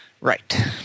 Right